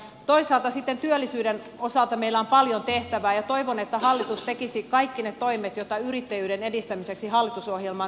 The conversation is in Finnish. toisaalta työllisyyden osalta meillä on paljon tehtävää ja toivon että hallitus tekisi kaikki ne toimet joita yrittäjyyden edistämiseksi hallitusohjelmaan on kirjattu